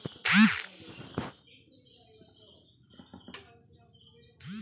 March ಎರಡು ಸಾವಿರದ ಇಪ್ಪತ್ತರಲ್ಲಿ ಯೆಸ್ ಬ್ಯಾಂಕ್ ಐತಿಹಾಸಿಕ ಬಿಕ್ಕಟ್ಟನ್ನು ಎದುರಿಸಿತು